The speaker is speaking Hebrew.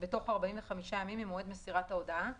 בתוך 45 ימים ממועד מסירת ההודעה,